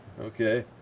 okay